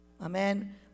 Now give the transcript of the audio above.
amen